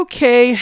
Okay